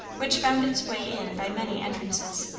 which found its way in by many entrances.